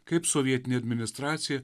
kaip sovietinė administracija